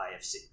IFC